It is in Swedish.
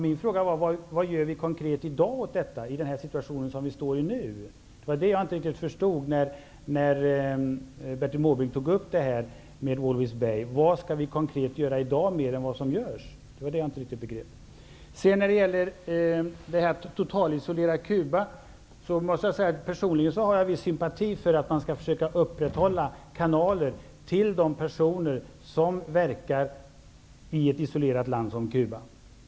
Min fråga var vad vi i dag gör konkret åt den situation som vi nu står inför. Det var det jag inte riktigt förstod när Bertil Måbrink tog upp frågan om Walvis Bay. Vad skall vi i dag konkret göra mer än vad som görs? Det var det jag inte riktigt begrep. När det sedan gäller detta med att totalisolera Cuba har jag personligen en viss sympati för att man skall upprätthålla kanaler till de personer som verkar i ett isolerat land som Cuba.